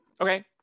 Okay